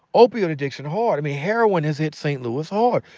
opioid addiction, hard. and heroin has hit st. louis hard.